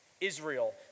Israel